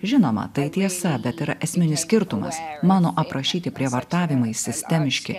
žinoma tai tiesa bet yra esminis skirtumas mano aprašyti prievartavimai sistemiški